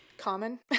common